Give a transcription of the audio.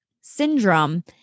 syndrome